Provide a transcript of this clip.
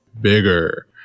bigger